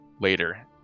later